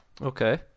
Okay